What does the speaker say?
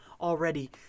already